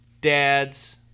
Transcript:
dad's